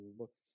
look